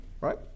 Right